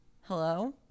Hello